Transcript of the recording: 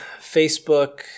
Facebook